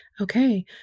Okay